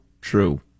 true